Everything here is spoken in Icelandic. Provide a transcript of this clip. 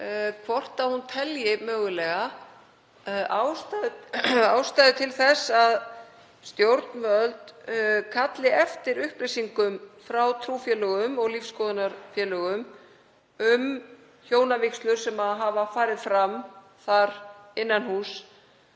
hvort hún telji ástæðu til þess að stjórnvöld kalli eftir upplýsingum frá trúfélögum og lífsskoðunarfélögum um hjónavígslur sem hafa farið fram þar innan húss